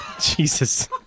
Jesus